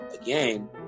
again